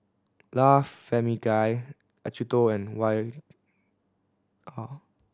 La Famiglia Acuto and Y R